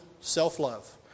self-love